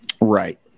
Right